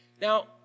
Now